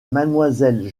mademoiselle